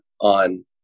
on